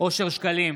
אושר שקלים,